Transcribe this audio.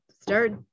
start